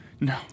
No